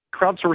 crowdsourcing